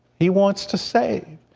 he wants to save.